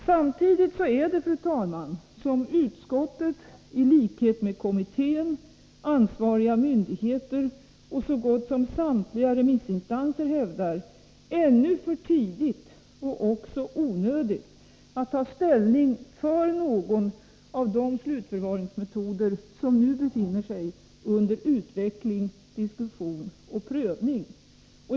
Samtidigt är det, fru talman, som utskottet i likhet med kommittén, ansvariga myndigheter och så gott som samtliga remissinstanser hävdar, ännu för tidigt och även onödigt att ta ställning för någon av de slutförvaringsmetoder som nu befinner sig under utveckling, diskusstion och prövning.